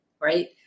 right